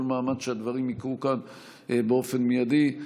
מאמץ שהדברים יקרו כאן באופן מיידי.